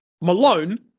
Malone